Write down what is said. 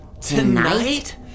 Tonight